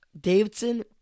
Davidson